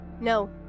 No